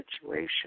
situation